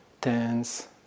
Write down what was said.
tense